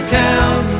town